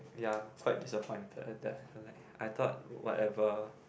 ya quite disappointed at that I am like I thought whatever